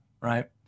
right